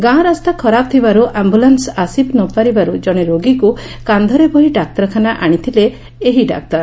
ଗାଁ ରାସ୍ତା ଖରାପ ଥିବାର୍ ଆମ୍ରଲାନୁ ଆସି ନପାରିବାରୁ ଜଶେ ରୋଗୀକୁ କାକ୍ଷରେ ବୋହି ଡାକ୍ତରଖାନା ଆଶିଛନ୍ତି ଏହି ଡାକ୍ତର